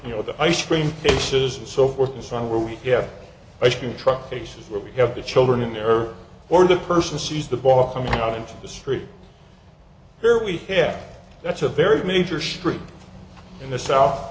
you know the ice cream cases and so forth and so on where we have ice cream truck cases where we have the children in there or the person sees the ball coming out into the street here we hear that's a very major street in the south